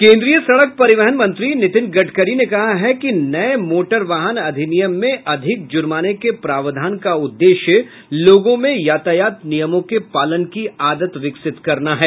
केन्द्रीय सड़क परिवहन मंत्री नितिन गड़करी ने कहा है कि नए मोटर वाहन अधिनियम में अधिक जुर्माने के प्रावधान का उद्देश्य लोगों में यातायात नियमों के पालन की आदत विकसित करना है